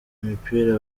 imipira